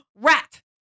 Rat